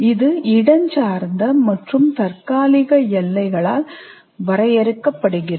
இது இடஞ்சார்ந்த மற்றும் தற்காலிக எல்லைகளால் வரையறுக்கப்படுகிறது